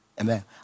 Amen